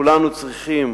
כולנו צריכים